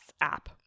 app